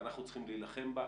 ואנחנו צריכים להילחם בה,